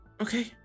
Okay